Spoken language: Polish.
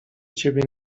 ciebie